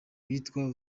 witwa